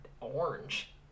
orange